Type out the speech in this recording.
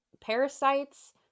Parasites